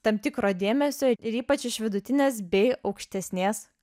tam tikro dėmesio ir ypač iš vidutinės bei aukštesnės